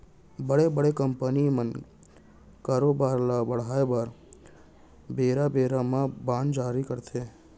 बड़े बड़े कंपनी मन कारोबार ल बढ़ाय बर बेरा बेरा म बांड जारी करथे